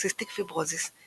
סיסטיק פיברוזיס,